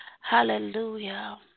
Hallelujah